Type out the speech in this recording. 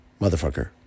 motherfucker